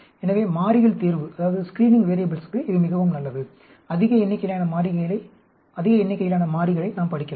எனவே மாறிகள் தேர்வுக்கு இது மிகவும் நல்லது அதிக எண்ணிக்கையிலான மாறிகளை நாம் படிக்கலாம்